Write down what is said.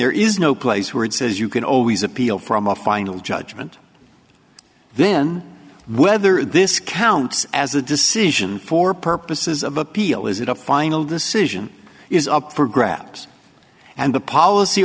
there is no place where it says you can always appeal from a final judgment then whether this counts as a decision for purposes of appeal is it a final decision is up for grabs and the policy